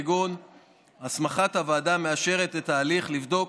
כגון הסמכת הוועדה המאשרת את ההליך לבדוק